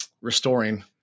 restoring